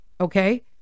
Okay